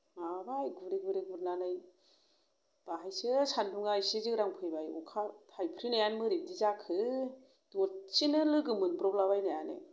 माबाबाय गुरै गुरै गुरनानै बाहायसो सानदुङा इसे जोरांफैबाय अखा थायफ्रिनायानो बोरैदि जाखो दस्सेनो लोगो मोनब्रबलाबायनायानो